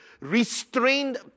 restrained